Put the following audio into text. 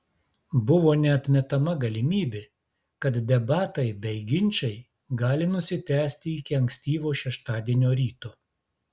buvo neatmetama galimybė kad debatai bei ginčai gali nusitęsti iki ankstyvo šeštadienio ryto